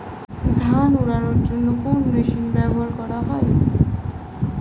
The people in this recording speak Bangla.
ধান উড়ানোর জন্য কোন মেশিন ব্যবহার করা হয়?